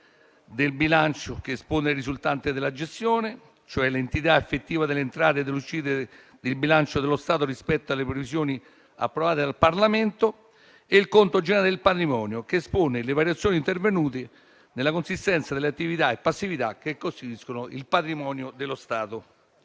del bilancio, che espone le risultanze della gestione, cioè l'entità effettiva delle entrate e delle uscite del bilancio dello Stato rispetto alle previsioni approvate dal Parlamento, e il conto generale del patrimonio, che espone le variazioni intervenute nella consistenza delle attività e passività che costituiscono il patrimonio dello Stato.